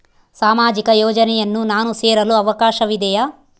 ಸಾಮಾಜಿಕ ಯೋಜನೆಯನ್ನು ನಾನು ಸೇರಲು ಅವಕಾಶವಿದೆಯಾ?